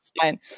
fine